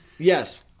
Yes